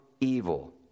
evil